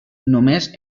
només